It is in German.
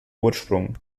ursprung